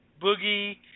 Boogie